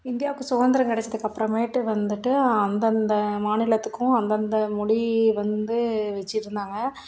இந்தியாவுக்கு சுகந்திரம் கிடச்சதுக்கு அப்புறமேட்டு வந்துவிட்டு அந்தந்த மாநிலத்துக்கும் அந்ததந்த மொழி வந்து வச்சுருந்தாங்க